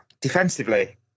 defensively